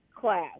class